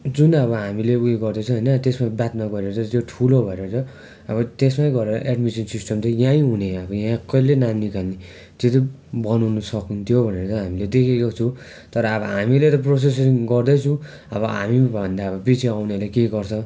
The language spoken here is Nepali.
जुन अब हामीले उयो गर्दैछ होइना त्यसमा बादमा गएर चाहिँ त्यो ठुलो भएर अब त्यसमै गएर एड्मिसन सिस्टम चाहिँ यहीँ हुने अब यहाँकैले नाम निकाल्ने त्यो चाहिँ बनाउनु सक्नु थियो भनेर हामीले देखेको छु तर अब हामीले त प्रोसेसिङ गर्दैछु अब हामीभन्दा अबपिच्छे आउनेले अब के गर्छ